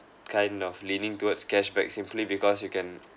kind of leaning towards cash back simply because you can